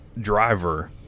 driver